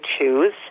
Choose